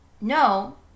no